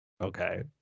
okay